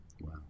Wow